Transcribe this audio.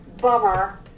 bummer